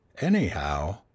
Anyhow